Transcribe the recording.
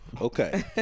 Okay